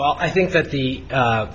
well i think that the